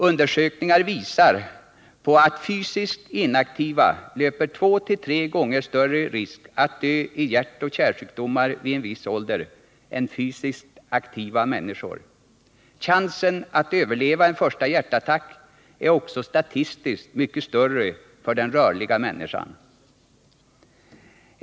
Undersökningarna visar att fysiskt inaktiva löper två till tre gånger större risk att dö i hjärtoch kärlsjukdomar vid en viss ålder än fysiskt aktiva människor. Chansen att överleva en första hjärtattack är också statistiskt mycket större för den rörliga människan.